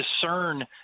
discern